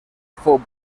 fou